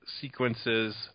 sequences